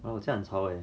!wah! 我家很吵 leh